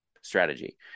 strategy